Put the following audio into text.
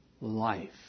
life